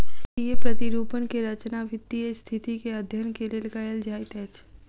वित्तीय प्रतिरूपण के रचना वित्तीय स्थिति के अध्ययन के लेल कयल जाइत अछि